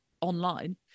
online